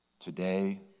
Today